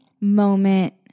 moment